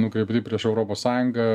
nukreipti prieš europos sąjungą